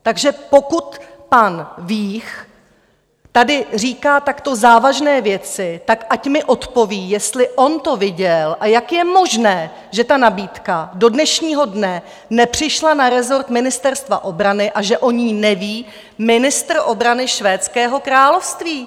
Takže pokud pan Vích tady říká, takto závažné věci, tak ať mi odpoví, jestli on to viděl, a jak je možné, že ta nabídka do dnešního dne nepřišla na rezort Ministerstva obrany a že o ní neví ministr obrany Švédského království!